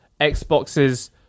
Xboxes